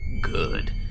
good